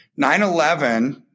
9-11